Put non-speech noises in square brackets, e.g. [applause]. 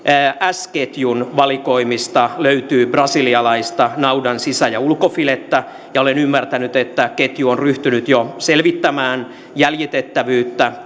s ketjun valikoimista löytyy brasilialaista naudan sisä ja ulkofilettä ja olen ymmärtänyt että ketju on ryhtynyt jo selvittämään jäljitettävyyttä [unintelligible]